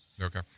Okay